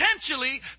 potentially